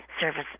service